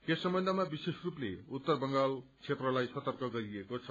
यस सम्वन्धमा विश्वेषरूपले उत्तर बंगाल क्षेत्रलाई सतर्क गरिएको छ